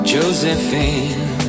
Josephine